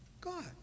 God